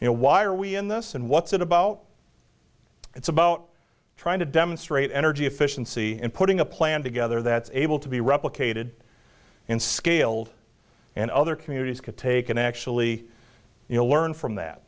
you know why are we in this and what's it about it's about trying to demonstrate energy efficiency and putting a plan together that's able to be replicated in scaled and other communities could take and actually you know learn from that